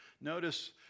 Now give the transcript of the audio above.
Notice